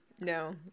No